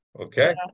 okay